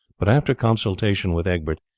but after consultation with egbert,